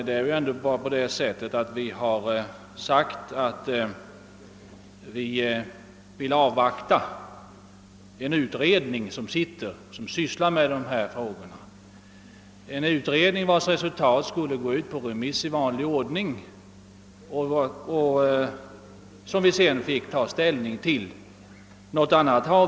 Det är ju ändå på det sättet att vi har sagt att vi vill avvakta en pågående utredning i dessa frågor, en utredning vars resultat skulle gå ut på remiss i vanlig ordning och som vi sedan fick ta ställning till.